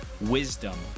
wisdom